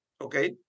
okay